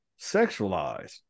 sexualized